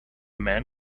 man